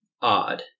odd